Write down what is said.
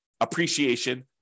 appreciation